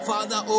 Father